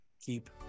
keep